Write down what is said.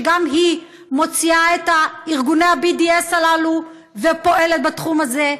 שגם היא מוציאה את ארגוני ה-BDS הללו ופועלת בתחום הזה.